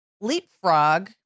leapfrog